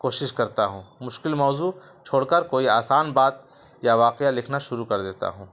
کوشش کرتا ہوں مشکل موضوع چھوڑ کر کوئی آسان بات یا واقعہ لکھنا شروع کر دیتا ہوں